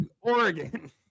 Oregon